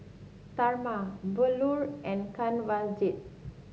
Tharman Bellur and Kanwaljit